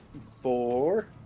Four